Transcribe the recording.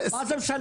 אומרים?